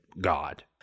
god